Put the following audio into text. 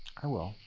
i will.